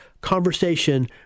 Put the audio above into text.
conversation